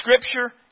Scripture